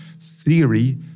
theory